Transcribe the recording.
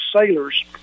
sailors